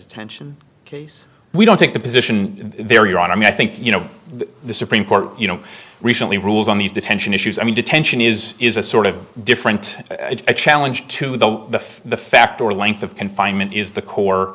tension case we don't take the position there you're on i mean i think you know the supreme court you know recently rules on these detention issues i mean detention is is a sort of different a challenge to the the fact or length of confinement is the core